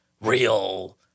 real